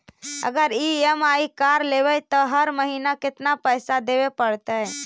अगर ई.एम.आई पर कार लेबै त हर महिना केतना पैसा देबे पड़तै?